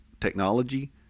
technology